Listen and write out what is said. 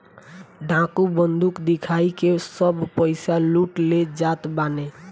डाकू बंदूक दिखाई के सब पईसा लूट ले जात बाने